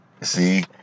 See